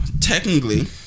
technically